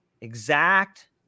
exact